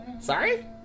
Sorry